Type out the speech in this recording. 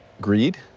greed